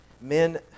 Men